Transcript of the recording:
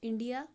India